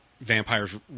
vampires